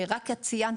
ציינת